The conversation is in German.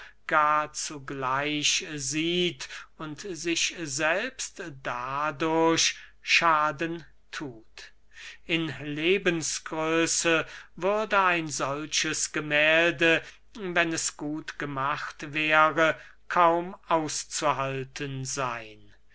gar zu gleich sieht und sich selbst dadurch schaden thut in lebensgröße würde ein solches gemählde wenn es gut gemacht wäre kaum auszuhalten seyn